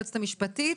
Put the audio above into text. היועצת המשפטית.